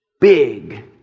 big